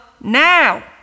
now